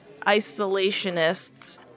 isolationists